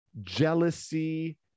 jealousy